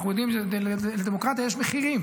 אנחנו יודעים שלדמוקרטיה יש מחירים,